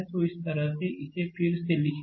तो इस तरह से इसे फिर से लिखना